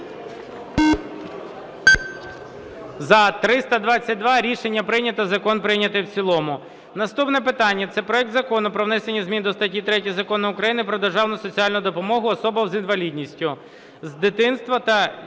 За-322 Рішення прийнято. Закон прийнятий в цілому. Наступне питання – це проект Закону про внесення змін до статті 3 Закону України "Про державну соціальну допомогу особам з інвалідністю з дитинства та дітям